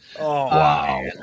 Wow